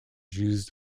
used